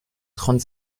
trente